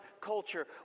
culture